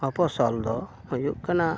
ᱢᱚᱯᱷᱚᱥᱚᱞ ᱫᱚ ᱦᱩᱭᱩᱜ ᱠᱟᱱᱟ